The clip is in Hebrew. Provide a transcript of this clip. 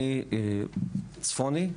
אני צפוני,